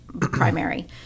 primary